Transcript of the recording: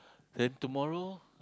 then tomorrow